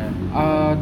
ya I think